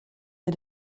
mir